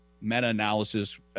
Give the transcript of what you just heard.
meta-analysis